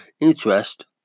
interest